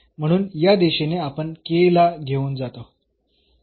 म्हणून या दिशेने आपण k ला घेऊन जात आहोत